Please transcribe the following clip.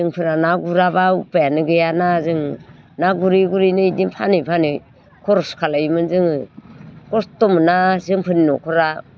जोंफोरा ना गुराबा उफायानो गैयाना जों ना गुरै गुरै इनि इदि फानै फानै खर'स खालायोमोन जोङो खस्त' मोनना जोंफोदनि नख'रा